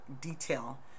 detail